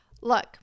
look